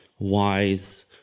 wise